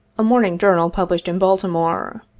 a morning journal published in baltimore.